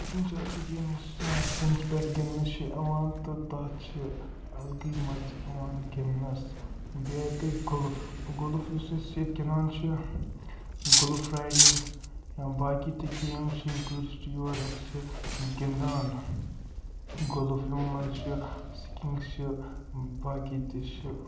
skiing چھِ اَکھ سِکیٖم یۄس شیٖنَس پٮ۪ٹھ گِنٛدنہٕ چھِ یِوان تہٕ تَتھ چھِ اَلگی مَزٕ اِوان گِنٛدنَس بیاکھ گٔے گُلف گُلف یُس أسۍ ییٚتہِ گِنٛدان چھِ گُلف رایڑِنٛگ یا باقٕے تہِ گیم چھِ یِم ٹیورسٹ یور یِتھ چھِ گِنٛدان گُلف یِمو مَنٛز چھِ سِکِنٛگ چھِ باقٕے تہِ چھُ